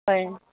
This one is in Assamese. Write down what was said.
হয়